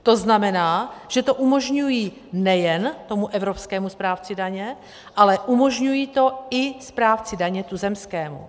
To znamená, že to umožňují nejen tomu evropskému správci daně, ale umožňují to i správci daně tuzemskému.